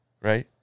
Right